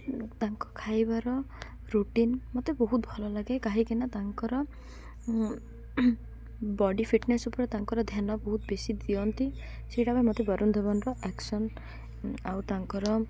ତାଙ୍କ ଖାଇବାର ରୁଟିନ୍ ମତେ ବହୁତ ଭଲ ଲାଗେ କାହିଁକିନା ତାଙ୍କର ବଡ଼ି ଫିଟ୍ନେସ୍ ଉପରେ ତାଙ୍କର ଧ୍ୟାନ ବହୁତ ବେଶୀ ଦିଅନ୍ତି ସେଇଟା ପାଇଁ ମତେ ବରୁନ ଧାୱନର ଆକ୍ସନ୍ ଆଉ ତାଙ୍କର